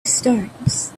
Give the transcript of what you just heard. stones